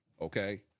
okay